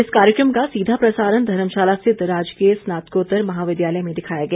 इस कार्यक्रम का सीधा प्रसारण धर्मशाला स्थित राजकीय स्नातकोतर महाविद्यालय में दिखाया गया